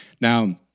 Now